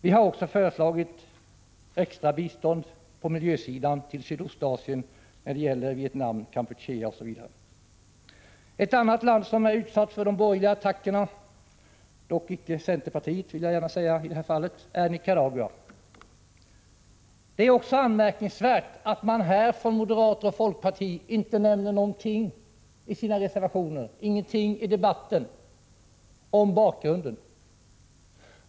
Vi har också föreslagit ett extra bistånd på miljösidan till Sydostasien när det gäller Vietnam, Kampuchea osv. Ett annat land som är utsatt för de borgerliga attackerna — dock inte från centerpartiet i det här fallet — är Nicaragua. Det är anmärkningsvärt att man här från moderaterna och folkpartiet inte nämner något i sina reservationer och inget i debatten om bakgrunden.